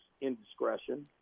indiscretion